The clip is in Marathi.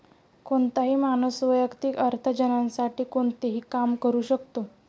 कोणताही माणूस वैयक्तिक अर्थार्जनासाठी कोणतेही काम करू शकतो